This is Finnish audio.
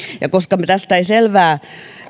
koska tästä ei selvää